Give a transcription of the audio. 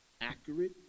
accurate